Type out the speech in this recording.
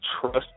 trust